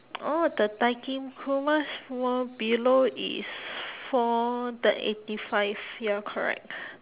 oh the dakimakuras were below is for the eighty five ya correct